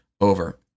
over